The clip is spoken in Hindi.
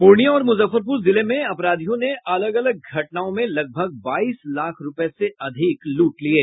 पूर्णिया और मुजफ्फरपुर जिले में अपराधियों ने अलग अलग घटनाओं में लगभग बाईस लाख रूपये से अधिक लूट लिये